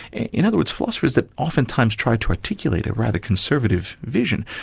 in other words, philosophers that oftentimes tried to articulate a rather conservative vision,